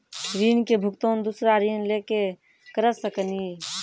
ऋण के भुगतान दूसरा ऋण लेके करऽ सकनी?